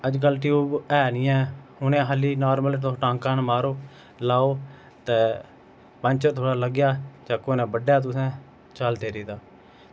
अजकल टयूव ऐ नी ऐ हून ऐ खाल्ली नॉर्मल तुस टांका मारो लाओ ते पंचर थोह्ड़ा लग्गेआ चक्कुऐ नै बड्ढेआ तुसें चल तेरी ता